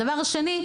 דבר שני,